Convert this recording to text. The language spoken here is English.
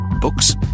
Books